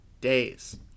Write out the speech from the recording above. days